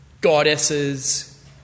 goddesses